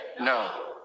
no